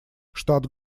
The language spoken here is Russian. штат